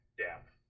depth